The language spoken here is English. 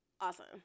awesome